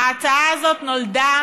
ההצעה הזאת נולדה